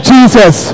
Jesus